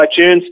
iTunes